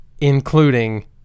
including